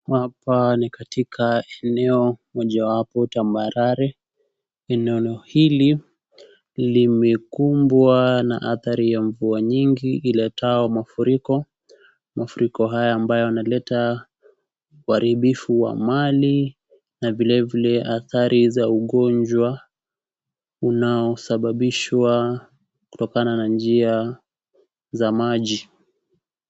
Hapa ni katika eneo mojawapo tambarare. Eneo hili limekumbwa na athari ya mvua nyingi iletao mafuriko. Mafuriko hayo ambayo yanaleta uharibifu wa mali na vile vile athari za ugonjwa unaosababishwa kutokana na njia za maji.